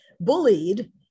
bullied